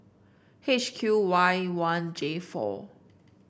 H Q Y one J four